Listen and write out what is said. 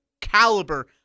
caliber